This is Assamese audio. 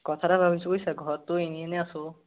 কথা এটা ভাবিছোঁ বুইছা ঘৰততো এনে এনেই আছো